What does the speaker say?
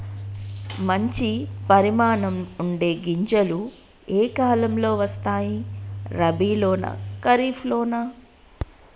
మంచి పరిమాణం ఉండే గింజలు ఏ కాలం లో వస్తాయి? రబీ లోనా? ఖరీఫ్ లోనా?